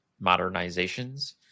modernizations